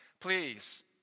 please